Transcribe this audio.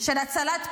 של הצלת כולם,